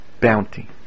bounty